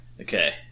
okay